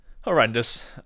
Horrendous